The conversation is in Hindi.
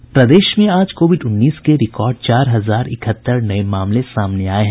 प्रदेश में आज कोविड उन्नीस के रिकॉर्ड चार हजार इकहत्तर नये मामले सामने आये हैं